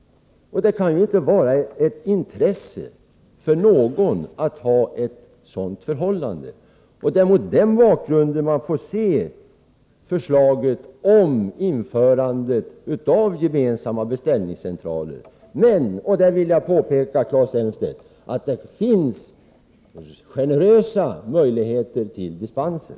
Det kan ju inte vara ett intresse för någon att ett sådant förhållande bevaras. Det är mot den bakgrunden man får se förslaget om införande av gemensamma beställningscentraler. Men jag vill påpeka för Claes Elmstedt att det även i fortsättningen kommer att finnas generösa möjligheter till dispenser.